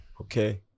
Okay